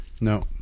no